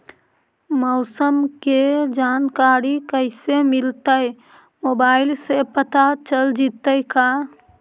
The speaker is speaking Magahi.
मौसम के जानकारी कैसे मिलतै मोबाईल से पता चल जितै का?